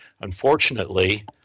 Unfortunately